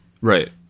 Right